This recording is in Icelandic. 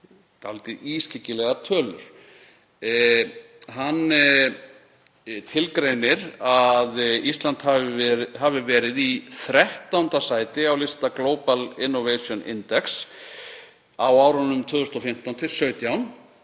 að eru dálítið ískyggilegar tölur. Hann tilgreinir að Ísland hafi verið í 13. sæti á lista Global Innovation Index á árunum 2015–2017